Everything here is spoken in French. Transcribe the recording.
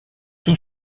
sous